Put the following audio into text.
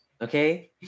okay